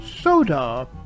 soda